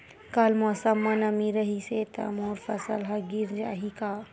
कल मौसम म नमी रहिस हे त मोर फसल ह गिर जाही का?